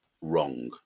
wrong